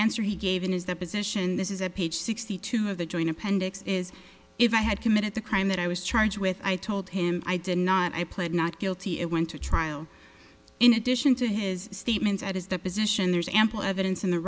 answer he gave in his the position this is a page sixty two of the joint appendix is if i had committed the crime that i was charged with i told him i did not i pled not guilty it went to trial in addition to his statements at his that position there's ample evidence in the